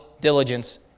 diligence